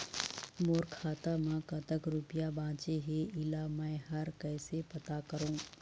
मोर खाता म कतक रुपया बांचे हे, इला मैं हर कैसे पता करों?